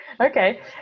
Okay